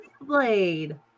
Blade